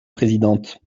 présidente